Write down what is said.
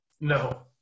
No